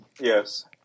Yes